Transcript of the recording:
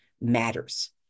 matters